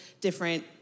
different